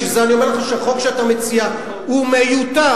בשביל זה אני אומר לך שהחוק שאתה מציע הוא מיותר,